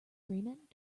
agreement